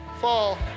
fall